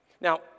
Now